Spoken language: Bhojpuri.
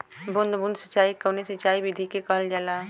बूंद बूंद सिंचाई कवने सिंचाई विधि के कहल जाला?